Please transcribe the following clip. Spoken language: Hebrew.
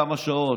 כמה שעות,